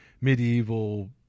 medieval